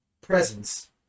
presence